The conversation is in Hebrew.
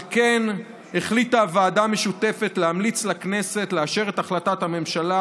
על כן החליטה הוועדה המשותפת להמליץ לכנסת לאשר את החלטת הממשלה